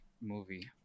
movie